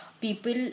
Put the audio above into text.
people